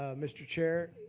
ah mr. chair,